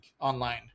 online